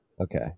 okay